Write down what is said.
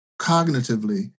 cognitively